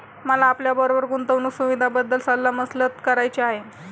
मला आपल्याबरोबर गुंतवणुक सुविधांबद्दल सल्ला मसलत करायची आहे